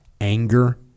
anger